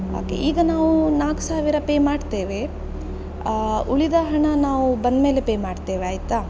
okay ಈಗ ನಾವು ನಾಲ್ಕು ಸಾವಿರ ಪೇ ಮಾಡ್ತೇವೆ ಉಳಿದ ಹಣ ನಾವು ಬಂದ ಮೇಲೆ ಪೇ ಮಾಡ್ತೇವೆ ಆಯಿತಾ